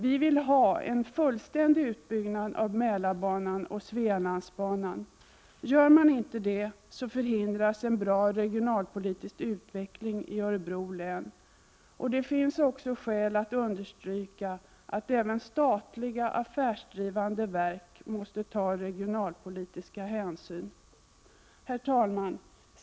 Vi vill ha en fullständig utbyggnad av Mälarbanan och Svealandsbanan. Sker inte det så förhindras en bra regionalpolitisk utveckling i Örebro län. Det finns också skäl att understryka att även statliga affärsdrivande verk måste ta regionalpolitiska hänsyn. Herr talman!